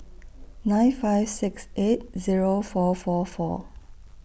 nine five six eight Zero four four four